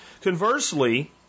Conversely